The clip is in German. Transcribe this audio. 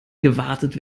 gewartet